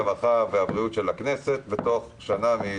הרווחה והבריאות של הכנסת בתוך שנה.